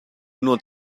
not